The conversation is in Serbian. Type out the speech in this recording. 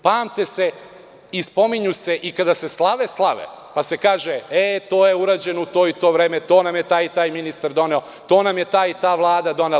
Pamte se i spominju i kada se slave slave, pa se kaže – e, to je urađeno u to i to vreme, to nam je taj i taj ministar doneo, to nam je ta i ta vlada donela.